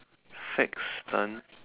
fads done